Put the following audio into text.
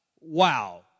Wow